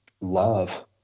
love